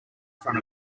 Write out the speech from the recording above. front